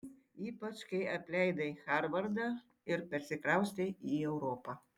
ypač kai apleidai harvardą ir persikraustei į europą